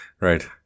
Right